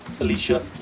Alicia